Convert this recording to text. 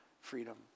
freedom